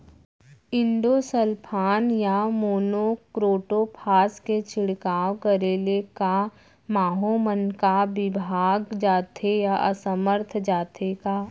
Endosulfan या monocrotophos के छिड़काव करे ले क माहो मन का विभाग जाथे या असमर्थ जाथे का?